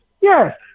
Yes